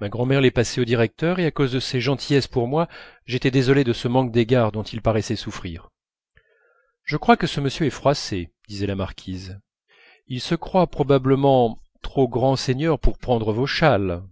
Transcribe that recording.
ma grand'mère les passait au directeur et à cause de ses gentillesses pour moi j'étais désolé de ce manque d'égards dont il paraissait souffrir je crois que ce monsieur est froissé disait la marquise il se croit probablement trop grand seigneur pour prendre vos châles